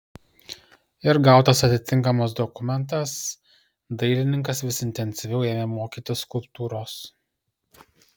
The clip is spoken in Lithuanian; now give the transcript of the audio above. ir gautas atitinkamas dokumentas dailininkas vis intensyviau ėmė mokytis skulptūros